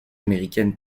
américaine